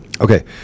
Okay